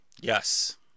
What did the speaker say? Yes